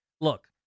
Look